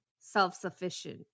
self-sufficient